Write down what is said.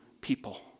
people